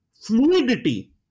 fluidity